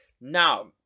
Now